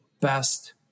best